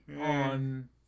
on